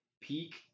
peak